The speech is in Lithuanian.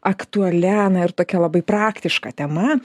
aktualia na ir tokia labai praktiška tema